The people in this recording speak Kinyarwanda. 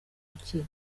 rukiko